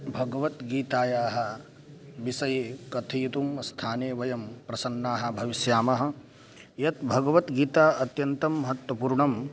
भगवद्गीतायाः विषये कथयितुं स्थाने वयं प्रसन्नाः भविष्यामः यत् भगवद्गीता अत्यन्तं महत्त्वपूर्णं